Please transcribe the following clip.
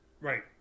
Right